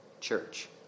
church